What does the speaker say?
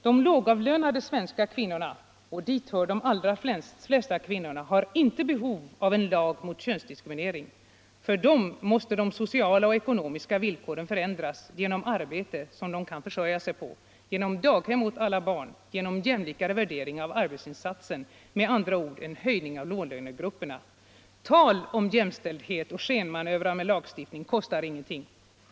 De lågavlönade svenska kvinnorna, och dit hör de allra flesta kvinnorna, har inte behov av en lag mot könsdiskriminering. För dem måste de sociala och ekonomiska villkoren förändras genom arbete som de kan försörja sig på. genom daghem åt alla barn och genom jämlik värdering av arbetsinsatsen — med andra ord genom en höjning av låglönegrupperna. Tal om jämställdhet och skenmanövrer med lagstiftning Kostar inget.